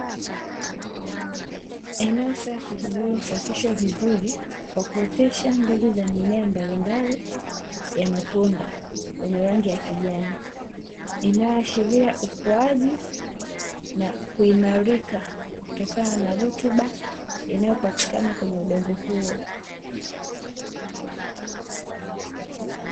Eneo safi lililosafishwa vizuri kwa kuotesha mbegu za mimea mbalimbali ya matunda yenye rangi ya kijani, inayoashiria ukuaji na kuimarika kutokana na rutuba inayopatikana kwenye udongo huo.